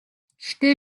гэхдээ